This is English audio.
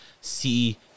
see